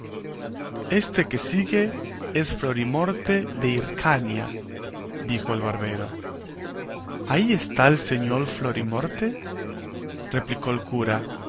éste que se sigue es florimorte de hircania dijo el barbero ahí está el señor florimorte replicó el cura